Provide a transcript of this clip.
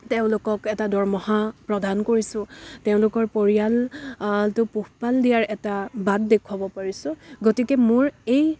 তেওঁলোকক এটা দৰমহা প্ৰদান কৰিছোঁ তেওঁলোকৰ পৰিয়াল পোহপাল দিয়াৰ এটা বাট দেখুৱাব পাৰিছোঁ গতিকে মোৰ এই